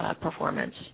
performance